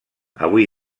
avui